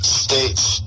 state's